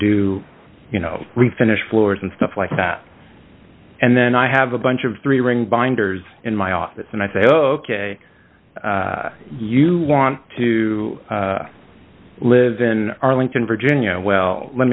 do you know we finish floors and stuff like that and then i have a bunch of three ring binders in my office and i say ok you want to live in arlington virginia well let